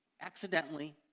accidentally